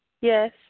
Yes